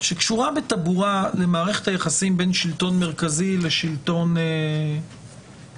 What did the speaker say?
שקשורה למערכת היחסים בין שלטון מרכזי לשלטון מקומי.